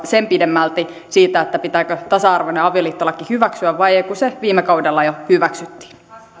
sen pidemmälti siitä pitääkö tasa arvoinen avioliittolaki hyväksyä vai ei kun se viime kaudella jo hyväksyttiin